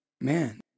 Man